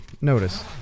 notice